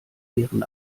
deren